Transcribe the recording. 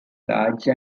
large